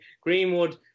Greenwood